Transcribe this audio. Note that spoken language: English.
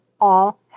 all-